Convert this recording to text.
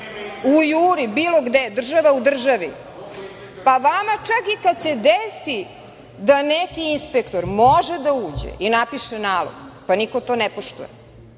u „Juri“, bilo gde, država u državi. Pa vama čak i kad se desi da neki inspektor može da uđe i napiše nalog, pa niko to ne poštuje.